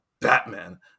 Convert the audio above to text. Batman